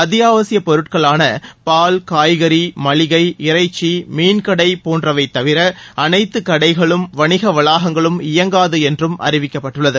அத்தியாவசியப் பொருட்களான பால் காய்கறி மளிகை இறைச்சி மீன்கடை போன்றவை தவிர அனைத்து கடைகளும் வணிக வளாகங்களும் இயங்காது என்றும் அறிவிக்கப்பட்டுள்ளது